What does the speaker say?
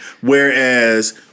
whereas